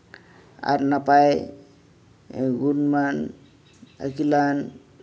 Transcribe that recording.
ᱟᱨ ᱱᱟᱯᱟᱭ ᱜᱩᱱᱢᱟᱱ ᱟᱹᱠᱤᱞᱟᱱ